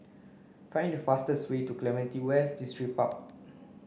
find the fastest way to Clementi West Distripark